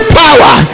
power